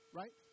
right